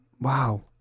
wow